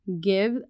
Give